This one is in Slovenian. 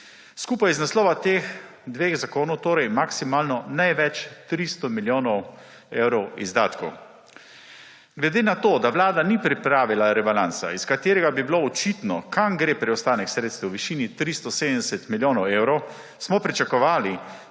Skupaj iz naslova teh dveh zakonov torej maksimalno največ 300 milijonov evrov izdatkov. Glede na to, da Vlada ni pripravila rebalansa, iz katerega bi bilo očitno, kam gre preostanek sredstev v višini 370 milijonov evrov, smo pričakovali,